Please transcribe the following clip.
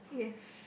yes